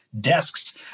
desks